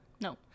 No